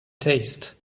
taste